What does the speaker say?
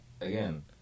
again